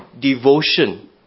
devotion